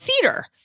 theater